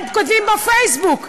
הם כותבים בפייסבוק.